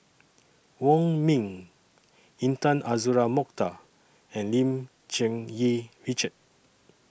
Wong Ming Intan Azura Mokhtar and Lim Cherng Yih Richard